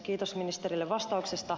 kiitos ministerille vastauksesta